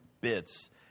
bits